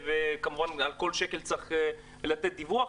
וכמובן, על כל שקל צריך לתת דיווח.